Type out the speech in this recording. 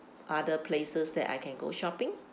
other places that I can go shopping